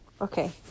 Okay